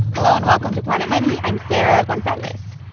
hello, and welcome to planet money. i'm sarah gonzalez.